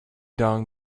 dong